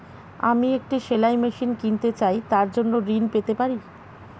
আমি একটি সেলাই মেশিন কিনতে চাই তার জন্য ঋণ পেতে পারি?